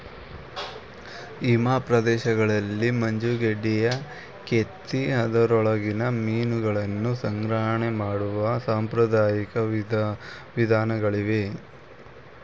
ಹಿಮ ಪ್ರದೇಶಗಳಲ್ಲಿ ಮಂಜುಗಡ್ಡೆಯನ್ನು ಕೆತ್ತಿ ಅದರೊಳಗೆ ಮೀನುಗಳನ್ನು ಸಂಗ್ರಹಣೆ ಮಾಡುವ ಸಾಂಪ್ರದಾಯಿಕ ವಿಧಾನಗಳಿವೆ